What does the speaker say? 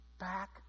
Back